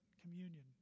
communion